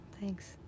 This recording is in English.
thanks